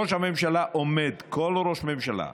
ראש הממשלה, כל ראש ממשלה,